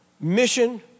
Mission